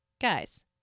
Guys